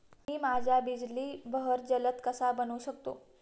मी माझ्या बिजली बहर जलद कसा बनवू शकतो?